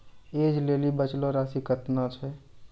ऐज लेली बचलो राशि केतना छै?